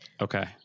Okay